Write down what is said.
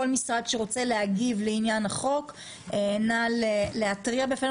כל משרד שרוצה להגיב לעניין החוק, נא להירשם.